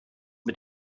mit